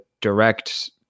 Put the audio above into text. direct